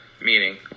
meaning